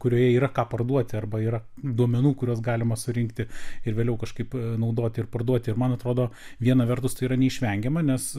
kurioje yra ką parduoti arba yra duomenų kuriuos galima surinkti ir vėliau kažkaip naudoti ir parduoti ir man atrodo viena vertus tai yra neišvengiama nes